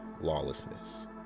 lawlessness